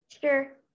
Sure